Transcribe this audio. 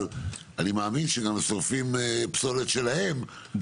אבל אני מאמין שגם שורפים פסולת שלהם,